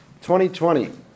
2020